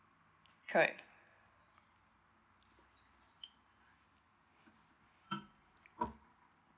correct